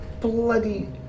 bloody